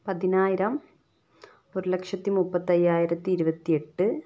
പതിനായിരം ഒരുലക്ഷത്തി മുപ്പത്തയ്യായിരത്തി ഇരുപത്തിയെട്ട്